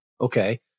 Okay